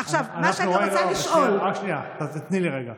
רק שנייה, תני לי רגע.